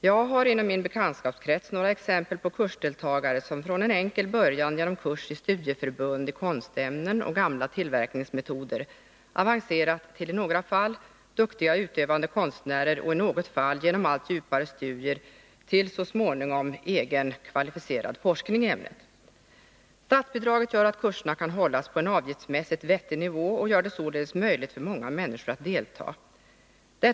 Jag har inom min bekantskapskrets några exempel på kursdeltagare som från en enkel början genom kurs i studieförbund i konstämnen och gamla tillverkningsmetoder avancerat, i några fall till duktiga utövande konstnärer och i något fall genom allt djupare studier till egen, kvalificerad forskning inom ämnet. Statsbidraget gör att kurserna kan hållas på en avgiftsmässigt vettig nivå. Det gör det således möjligt för många människor att delta.